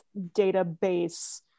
database